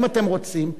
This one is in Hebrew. אם אתם רוצים,